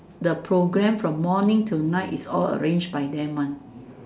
the programme from morning to night is all arranged by them one